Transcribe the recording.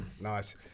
nice